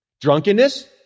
Drunkenness